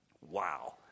Wow